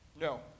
No